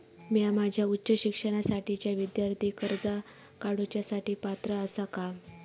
म्या माझ्या उच्च शिक्षणासाठीच्या विद्यार्थी कर्जा काडुच्या साठी पात्र आसा का?